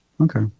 okay